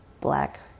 black